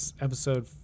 episode